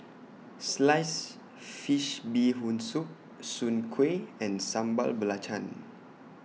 Sliced Fish Bee Boon Soup Soon Kway and Sambal Belacan